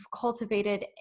cultivated